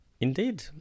Indeed